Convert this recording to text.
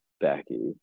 Becky